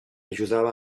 ajudava